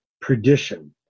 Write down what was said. perdition